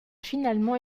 finalement